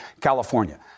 California